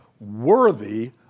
worthy